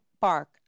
bark